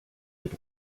mit